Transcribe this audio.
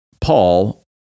Paul